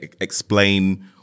explain